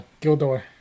Gildor